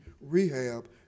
rehab